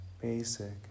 basic